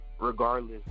regardless